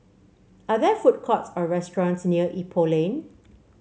are there food courts or restaurants near Ipoh Lane